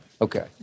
Okay